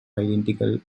identical